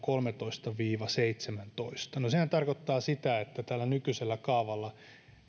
kolmetoista viiva seitsemäntoista niin sehän tarkoittaa sitä että tällä nykyisellä kaavalla kaikki